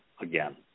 again